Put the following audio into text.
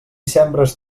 sembres